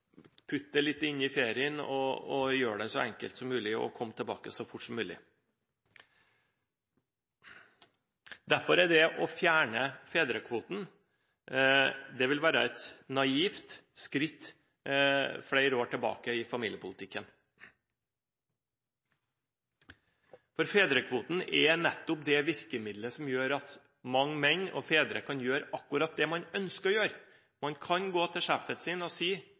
litt inn i ferien og gjør det så enkelt som mulig, og kom tilbake så fort som mulig. Derfor vil det å fjerne fedrekvoten være et naivt skritt flere år tilbake i familiepolitikken. For fedrekvoten er nettopp det virkemidlet som gjør at mange menn og fedre kan gjøre akkurat det de ønsker å gjøre. Man kan gå til sjefen sin og si: